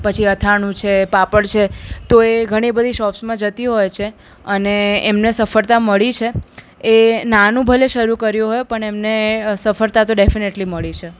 પછી અથાણું છે પાપડ છે તો એ ઘણી બધી શોપ્સમાં જતી હોય છે અને એમને સફળતા મળી છે એ નાનું ભલે શરૂ કર્યું હોય પણ એમને સફળતા તો ડેફિનેટલી મળી છે